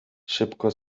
szybko